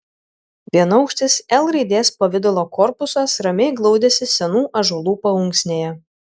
vienaukštis l raidės pavidalo korpusas ramiai glaudėsi senų ąžuolų paunksnėje